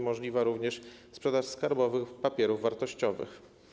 Możliwa będzie również sprzedaż skarbowych papierów wartościowych.